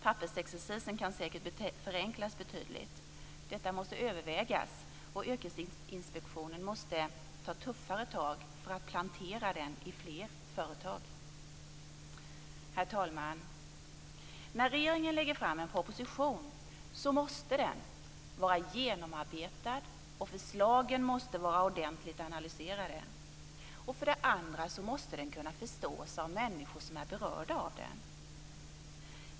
Pappersexercisen kan säkert förenklas betydligt. Detta måste övervägas, och Yrkesinspektionen måste ta tuffare tag för att plantera den i fler företag. Herr talman! När regeringen lägger fram en proposition måste den, för det första, vara genomarbetad, och förslagen måste vara ordentligt analyserade. För det andra måste den kunna förstås av de människor som är berörda av den.